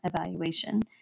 evaluation